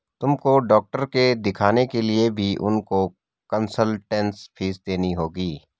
तुमको डॉक्टर के दिखाने के लिए भी उनको कंसलटेन्स फीस देनी होगी